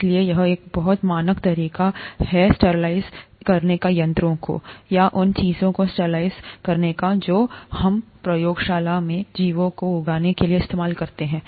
इसलिए यह एक बहुत मानक तरीका हैको स्टरलाइज़ यंत्रोंकरने का या उन चीजों को स्टरलाइज़ करने का जो हम प्रयोगशाला में जीवों को उगाने के लिए इस्तेमाल करते हैं